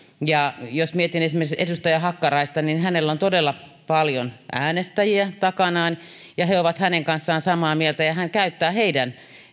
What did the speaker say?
jos mietin esimerkiksi edustaja hakkaraista niin hänellä on todella paljon äänestäjiä takanaan ja he ovat hänen kanssaan samaa mieltä ja hän käyttää heidän